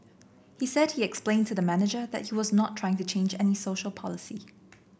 he said he explained to the manager that he was not trying to change any social policy